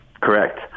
Correct